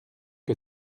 que